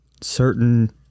certain